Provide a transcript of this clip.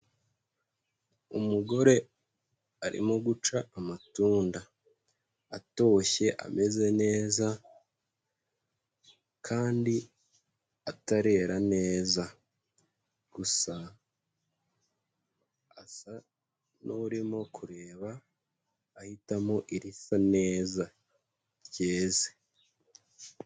Umugore arimo guca amatunda, atoshye ameze neza kandi atarera neza, gusa asa n'urimo kureba ahitamo irisa neza ryeze.